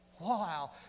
Wow